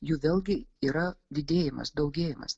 jų vėlgi yra didėjimas daugėjimas